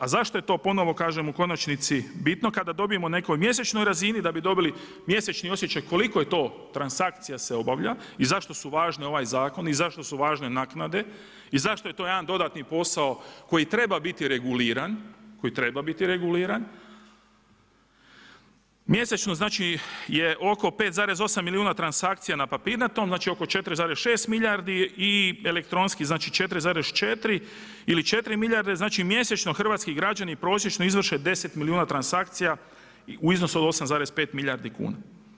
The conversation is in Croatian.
A zašto je to ponovo kažem u konačnici bitno kada dobijemo na nekoj mjesečnoj razini da bi dobili mjesečni osjećaj koliko je to transakcija se obavlja i zašto su važne ovaj zakon i zašto su važne naknade i zašto je to jedan dodatni posao koji treba biti reguliran, mjesečno je oko 5,8 milijuna transakcija na papirnatom znači oko 4,6 milijardi i elektronski 4,4, ili 4 milijarde, znači mjesečno hrvatski građani prosječno izvrše 10 milijuna transakcija u iznosu od 8,5 milijardi kuna.